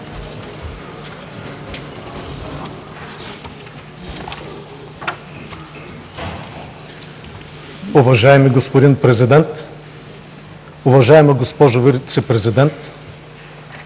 Уважаеми господин Президент, уважаема госпожо Вицепрезидент,